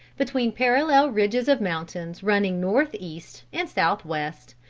between parallel ridges of mountains running north-east and south-west,